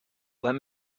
let